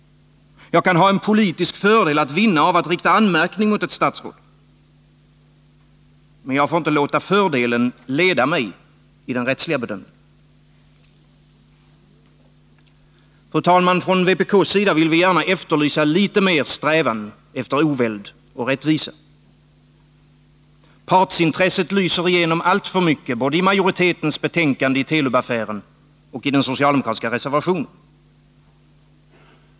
Jag kan ha en politisk fördel att vinna genom att rikta anmärkning mot ett statsråd. Men jag får inte låta fördelen leda mig i den rättsliga bedömningen. Fru talman! Från vpk:s sida vill vi gärna efterlysa litet mer strävan efter oväld och rättvisa. Partsintresset lyser igenom alltför mycket både i majoritetens skrivning om Telub-affären och i den socialdemokratiska reservationen.